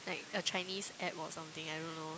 like a Chinese app or something I don't know